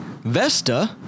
Vesta